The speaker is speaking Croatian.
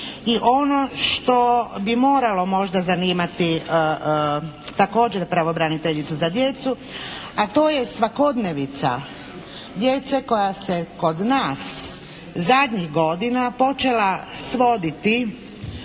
i ono što bi moralo možda zanimati također pravobraniteljicu za djecu, a to je svakodnevica djece koja se kod nas zadnjih godina počela svoditi